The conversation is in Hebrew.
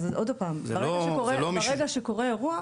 ברגע שקורה אירוע,